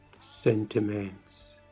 sentiments